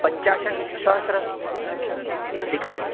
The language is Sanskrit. पञ्चाशत्शहस्रम् अधिकं न